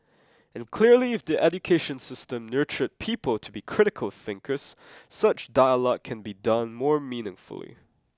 and clearly if the education system nurtured people to be critical thinkers such dialogue can be done more meaningfully